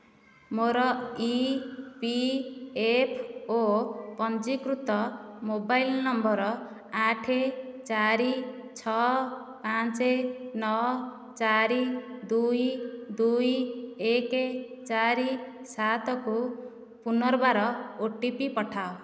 ମୋର E P F O ପଞ୍ଜୀକୃତ mobile number ଆଠ ଚାରି ଛଅ ପାଞ୍ଚ ନଅ ଚାରି ଦୁଇ ଦୁଇ ଏକ ଚାରି ସାତକୁ ପୁନର୍ବାର ଓ ଟି ପି ପଠାଅ